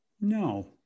no